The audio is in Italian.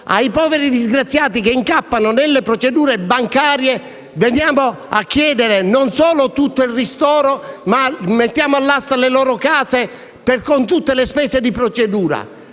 ai poveri disgraziati che incappano nelle procedure bancarie non solo chiediamo tutto il ristoro, ma mettiamo anche all'asta le loro case con tutte le spese di procedura.